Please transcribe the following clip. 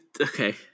Okay